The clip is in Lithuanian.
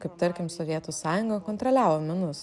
kaip tarkim sovietų sąjunga kontroliavo menus